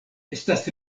estas